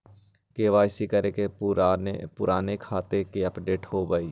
KYC करें से पुराने खाता के अपडेशन होवेई?